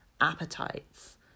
appetites